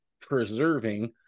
preserving